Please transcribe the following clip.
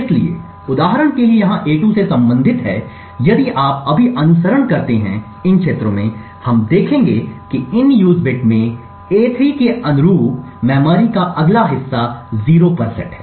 इसलिए उदाहरण के लिए यहाँ a2 से संबंधित है यदि आप अभी अनुसरण करते हैं इन क्षेत्रों में हम देखते हैं कि इन यूज बिट में a3 के अनुरूप मेमोरी का अगला हिस्सा 0 पर सेट है